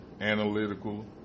analytical